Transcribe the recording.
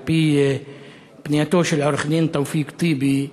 על-פי פנייתו של עורך-דין תאופיק טיבי,